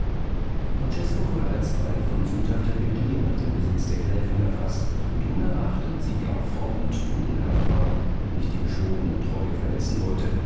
francesko wurde alsbald von sündhafter begier nach dem besitze der gräfin erfaßt und unerachtet sie gar fromm und tugendhaft war und nicht die geschworene treue verletzen wollte